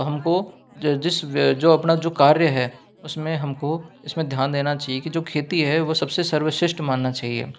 हम को जिस जो अपना जो कार्य हैं उसमें हम को उसमें ध्यान देना चाहिए कि जो खेती है वो सब से सर्वश्रेष्ठ मानना चाहिए